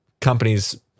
companies